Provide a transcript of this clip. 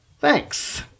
Thanks